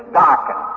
darken